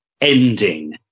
ending